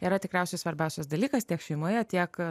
yra tikriausiai svarbiausias dalykas tiek šeimoje tiek